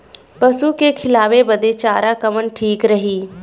पशु के खिलावे बदे चारा कवन ठीक रही?